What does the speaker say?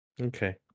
Okay